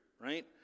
right